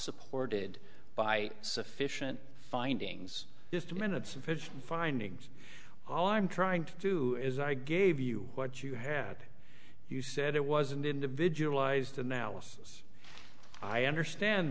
supported by sufficient findings just minutes of his findings all i'm trying to do is i gave you what you had you said it was an individualized analysis i understand